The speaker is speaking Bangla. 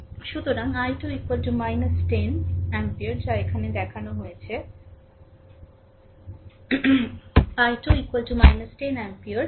সুতরাং I2 10 অ্যাম্পিয়ার যা এখানে দেখানো হয়েছে I2 10 অ্যাম্পিয়ার